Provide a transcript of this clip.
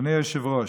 אדוני היושב-ראש,